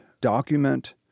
document